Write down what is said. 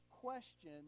question